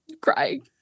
crying